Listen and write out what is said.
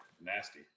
nasty